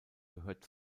gehört